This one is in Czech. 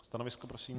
Stanovisko prosím?